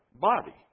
body